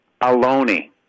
aloni